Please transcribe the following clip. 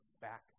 back